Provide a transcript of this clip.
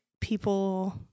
people